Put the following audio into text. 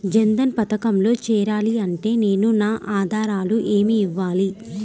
జన్ధన్ పథకంలో చేరాలి అంటే నేను నా ఆధారాలు ఏమి ఇవ్వాలి?